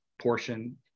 portion